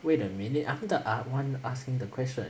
wait a minute after one asking the question